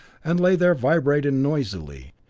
and lay there vibrating noisily,